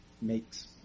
makes